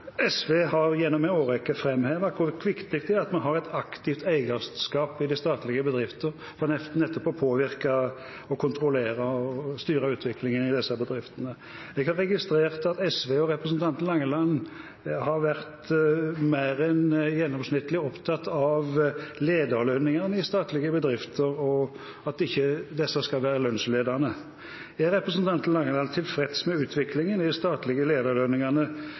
SV har gjennom en årrekke framhevet hvor viktig det er at vi har et aktivt eierskap i de statlige bedriftene, for nettopp å påvirke, kontrollere og styre utviklingen i disse bedriftene. Jeg har registrert at SV og representanten Langeland har vært mer enn gjennomsnittlig opptatt av at lederlønningene i statlige bedrifter ikke skal være lønnsledende. Er representanten Langeland tilfreds med utviklingen i de statlige lederlønningene